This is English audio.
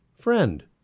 Friend